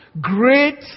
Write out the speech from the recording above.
great